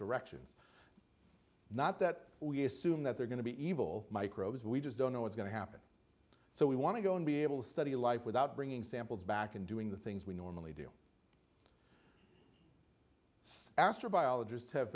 directions not that we assume that they're going to be evil microbes we just don't know what's going to happen so we want to go and be able to study life without bringing samples back and doing the things we normally do see astrobiologists have